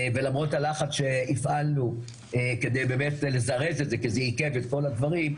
ולמרות הלחץ שהפעלנו כדי לזרז את זה כי זה עיכב את כל הדברים,